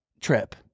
trip